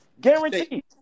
Guaranteed